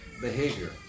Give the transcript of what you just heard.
behavior